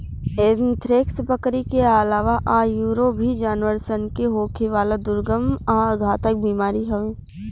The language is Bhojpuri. एंथ्रेक्स, बकरी के आलावा आयूरो भी जानवर सन के होखेवाला दुर्गम आ घातक बीमारी हवे